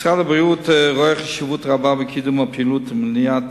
משרד הבריאות רואה חשיבות רבה בקידום הפעילות למניעת